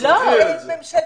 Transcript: יש בעיה בממשלתי.